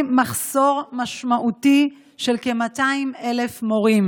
מחסור משמעותי של כ-200,000 מורים.